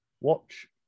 watch